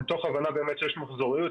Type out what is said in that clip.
זאת מתוך הבנה שיש מחזוריות,